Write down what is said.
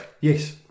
Yes